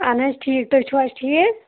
اَہَن حظ ٹھیٖک تُہۍ چھِو حظ ٹھیٖک